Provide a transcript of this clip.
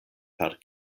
per